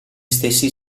stessi